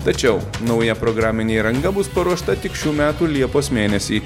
tačiau nauja programinė įranga bus paruošta tik šių metų liepos mėnesį